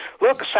look